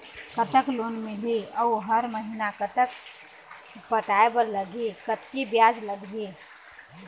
कतक लोन मिलही अऊ हर महीना कतक पटाए बर लगही, कतकी ब्याज लगही?